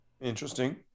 Interesting